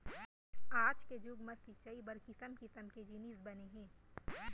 आज के जुग म सिंचई बर किसम किसम के जिनिस बने हे